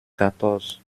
quatorze